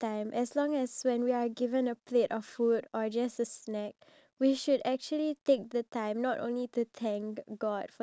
kua chee oh